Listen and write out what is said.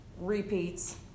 repeats